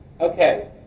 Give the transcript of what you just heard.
Okay